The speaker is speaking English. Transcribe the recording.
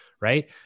Right